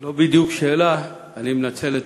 לא בדיוק שאלה, אני מנצל את